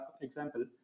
example